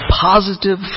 positive